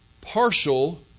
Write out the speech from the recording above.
partial